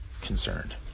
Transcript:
concerned